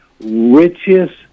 richest